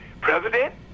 president